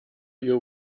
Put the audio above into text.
you